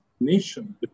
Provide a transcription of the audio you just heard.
nation